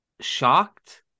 shocked